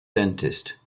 dentist